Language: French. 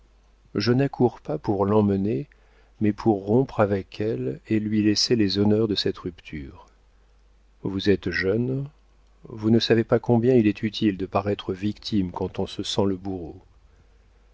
je n'accours pas pour l'emmener mais pour rompre avec elle et lui laisser les honneurs de cette rupture vous êtes jeune vous ne savez pas combien il est utile de paraître victime quand on se sent le bourreau